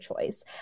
choice